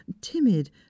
Timid